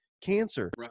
Cancer